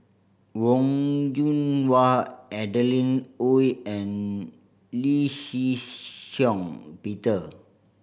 Wong Yoon Wah Adeline Ooi and Lee Shih Shiong Peter